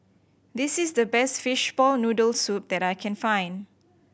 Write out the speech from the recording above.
this is the best fishball noodle soup that I can find